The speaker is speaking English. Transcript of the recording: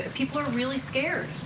ah people are really scared.